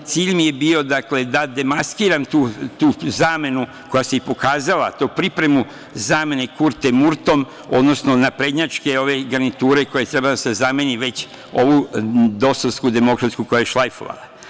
Cilj mi je bio da demaskiram tu zamenu koja se i pokazala, tu pripremu zamene Kurte Murtom, odnosno naprednjačke ove garniture koja je trebalo da zameni već ovu DOS-ovsku, demokratsku, koja je šlajfovala.